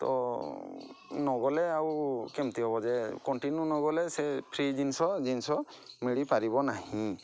ତ ନ ଗଲେ ଆଉ କେମିତି ହେବ ଯେ କଣ୍ଟିନ୍ୟୁ ନ ଗଲେ ସେ ଫ୍ରି ଜିନିଷ ଜିନିଷ ମିଳିପାରିବ ନାହିଁ